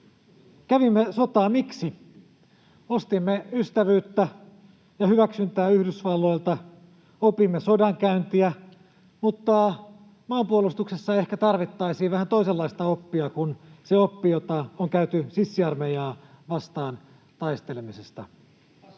Kävimme sotaa, miksi? Ostimme ystävyyttä ja hyväksyntää Yhdysvalloilta, opimme sodankäyntiä, mutta maanpuolustuksessa ehkä tarvittaisiin vähän toisenlaista oppia kuin se oppi, jota on saatu sissiarmeijaa vastaan taistelemisesta.